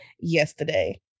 yesterday